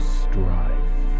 strife